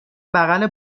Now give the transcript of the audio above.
بغل